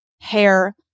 hair